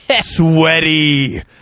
sweaty